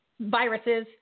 viruses